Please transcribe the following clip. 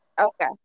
Okay